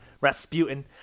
Rasputin